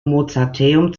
mozarteum